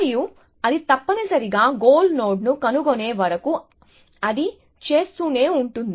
మరియు అది తప్పనిసరిగా గోల్ నోడ్ను కనుగొనే వరకు అది చేస్తూనే ఉంటుంది